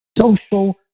social